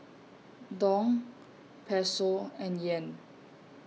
Dong Peso and Yen